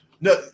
No